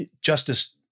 justice